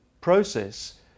process